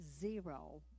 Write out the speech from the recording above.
zero